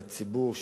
לציבור,